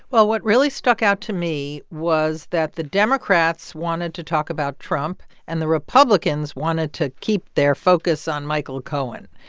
well, what really stuck out to me was that the democrats wanted to talk about trump, and the republicans wanted to keep their focus on michael cohen.